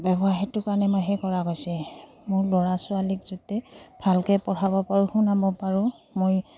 ব্যৱসায়টোৰ কাৰণে মই সেই কৰা গৈছে মোৰ ল'ৰা ছোৱালীক যাতে ভালকৈ পঢ়াব পাৰোঁ শুনাব পাৰোঁ মই